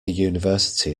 university